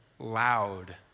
loud